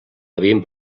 havien